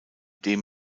dem